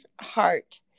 heart